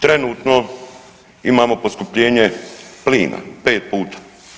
Trenutno imamo poskupljenje plina 5 puta.